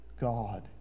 God